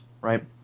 right